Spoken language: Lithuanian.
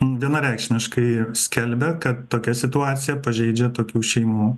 vienareikšmiškai skelbia kad tokia situacija pažeidžia tokių šeimų